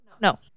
No